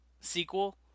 sequel